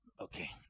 Okay